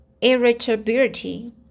Irritability